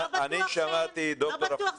לא בטוח,